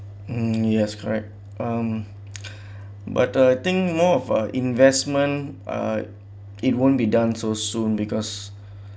mm yes correct um but I think more of uh investment ah it won't be done so soon because